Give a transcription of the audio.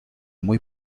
muy